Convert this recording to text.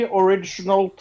original